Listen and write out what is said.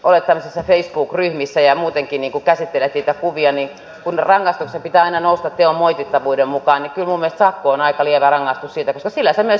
jos olet tämmöisissä facebook ryhmissä ja muutenkin käsittelet niitä kuvia niin kun rangaistuksen pitää aina nousta teon moitittavuuden mukaan niin kyllä minun mielestäni sakko on aika lievä rangaistus siitä koska sillä sinä myös edesautat lapsipornoa